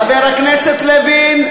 חבר הכנסת לוין,